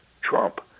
Trump